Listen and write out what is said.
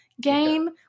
game